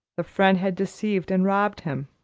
the friend had deceived and robbed him.